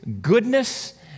goodness